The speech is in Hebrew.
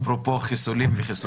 אפרופו, חיסולים וחיסונים.